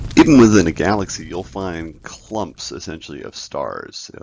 even within a galaxy you'll find clumps essentially of stars.